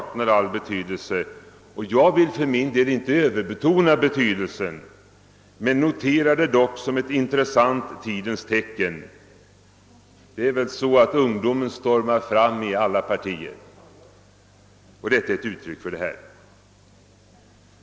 Jag vill för min del inte överbetona betydelsen av det anförda, men jag noterar det dock som ett intressant tidens tecken. Det är väl så, att ungdomen stormar fram i alla partier, och det sagda är väl ett uttryck för detta.